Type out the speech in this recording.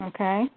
Okay